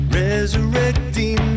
resurrecting